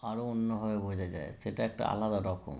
আরো অন্যভাবে বোঝা যায় সেটা একটা আলাদা রকম